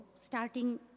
starting